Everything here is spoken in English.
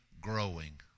growing